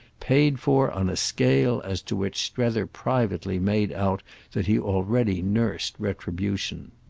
paid for on a scale as to which strether privately made out that he already nursed retribution.